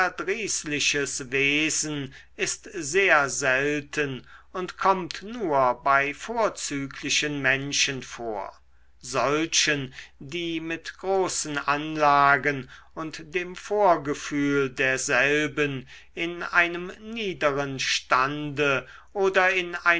verdrießliches wesen ist sehr selten und kommt nur bei vorzüglichen menschen vor solchen die mit großen anlagen und dem vorgefühl derselben in einem niederen stande oder in